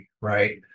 right